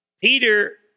Peter